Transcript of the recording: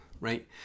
right